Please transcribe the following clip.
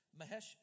Mahesh